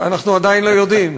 אנחנו עדיין לא יודעים.